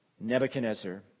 Nebuchadnezzar